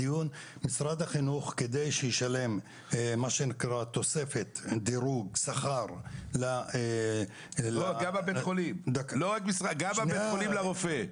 כדי שמשרד החינוך ישלם תוספת שכר -- גם בית החולים לרופא.